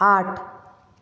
आठ